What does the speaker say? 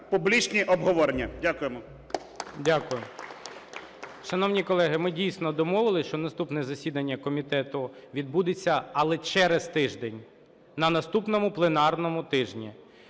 публічні обговорення. Дякуємо.